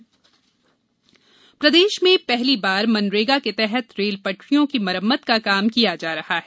मनरेगा उमरिया प्रदेश में पहली बार मनरेगा के तहत रेल पटरियों की मरम्मत का काम किया जा रहा है